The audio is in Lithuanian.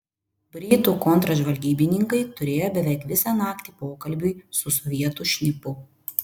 britų kontržvalgybininkai turėjo beveik visą naktį pokalbiui su sovietų šnipu